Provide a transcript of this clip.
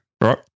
Right